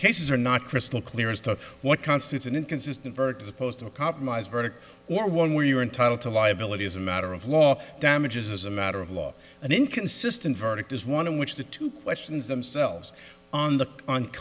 cases are not crystal clear as to what constitutes an inconsistent birds opposed to a compromise verdict or one where you are entitled to liability as a matter of law damages as a matter of law an inconsistent verdict is one in which the two questions themselves on the on